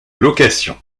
location